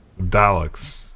Daleks